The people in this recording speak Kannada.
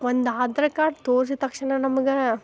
ಒಂದು ಆಧಾರ್ ಕಾರ್ಡ್ ತೋರ್ಸಿದ ತಕ್ಷಣ ನಮ್ಗೆ